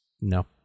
No